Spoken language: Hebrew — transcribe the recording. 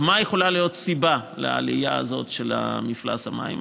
מה יכולה להיות הסיבה לעלייה הזאת של מפלס המים?